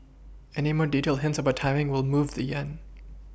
any more detailed hints about timing will move the yen